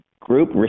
group